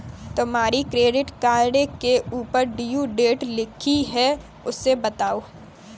तुम्हारे credit card के ऊपर ड्यू डेट लिखी है उसे बताओ